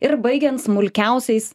ir baigiant smulkiausiais